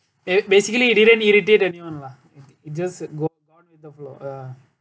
it basically it didn't irritate anyone lah it it just go on with the flow ya